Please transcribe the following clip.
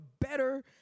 better